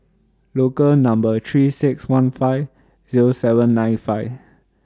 Local Number three six one five Zero seven nine five